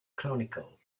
chronicle